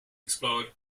explode